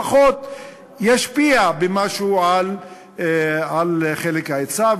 זה לפחות ישפיע במשהו על חלק ההיצע,